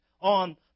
on